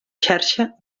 xarxa